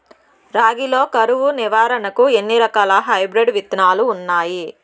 రాగి లో కరువు నివారణకు ఎన్ని రకాల హైబ్రిడ్ విత్తనాలు ఉన్నాయి